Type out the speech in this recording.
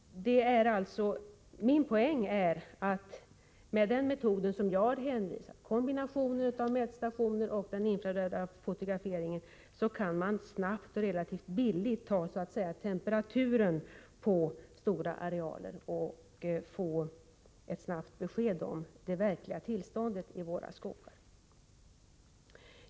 Min poäng är att med den metod som jag har hänvisat till — kombinationen av mätstationer och infraröd fotografering — kan man snabbt och relativt billigt så att säga ta temperaturen på stora arealer och få ett snabbt besked om det verkliga tillståndet i våra skogar.